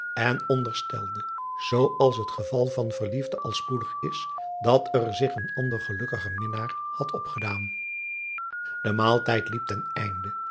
en onderstelde zoo als het geval van verliefden al spoedig is dat er zich een ander gelukkiger minnaar had opgedaan e maaltijd liep ten einde